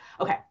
okay